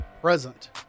Present